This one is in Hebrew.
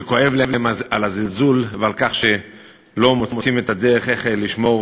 שכואב להם על הזלזול ועל כך שלא מוצאים את הדרך לשמור